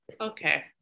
Okay